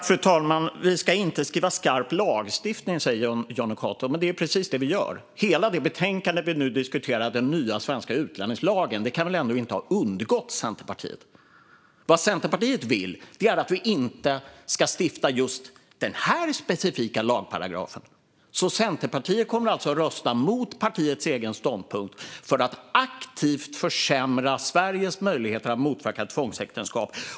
Fru talman! Vi ska inte skriva skarp lagstiftning, säger Jonny Cato. Men det är precis det vi gör. Hela det betänkande vi nu diskuterar gäller den nya svenska utlänningslagen - det kan väl ändå inte ha undgått Centerpartiet. Vad Centerpartiet vill är att vi inte ska stifta just den här specifika lagparagrafen. Centerpartiet kommer alltså att rösta mot partiets egen ståndpunkt för att aktivt försämra Sveriges möjligheter att motverka tvångsäktenskap.